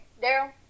Daryl